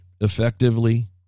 effectively